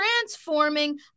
transforming